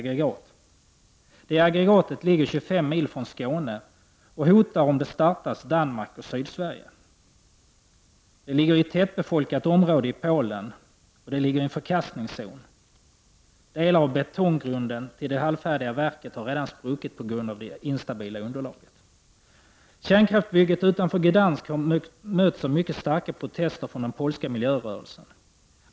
Det aggregatet ligger 25 mil från Skåne och hotar om det startas Danmark och Sydsverige. Det ligger i ett tättbefolkat område i Polen och det ligger i en förkastningszon. Delar av betonggrunden till det halvfärdiga verket har redan spruckit på grund av det instabila underlaget. Kärnkraftsbygget utanför Gdansk har mötts av mycket starka protester från den polska miljörörelsen.